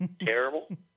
Terrible